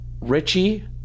Richie